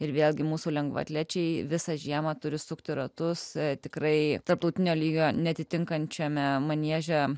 ir vėlgi mūsų lengvaatlečiai visą žiemą turi sukti ratus tikrai tarptautinio lygio neatitinkančiame manieže